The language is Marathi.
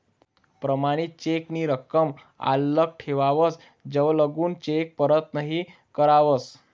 प्रमाणित चेक नी रकम आल्लक ठेवावस जवलगून चेक परत नहीं करावस